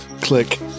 Click